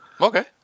Okay